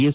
S